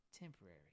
temporary